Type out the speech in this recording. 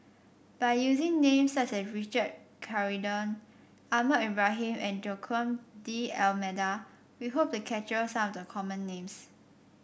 by using names such as Richard Corridon Ahmad Ibrahim and Joaquim D'Almeida we hope to capture some of the common names